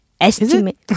estimate